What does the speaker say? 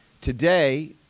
Today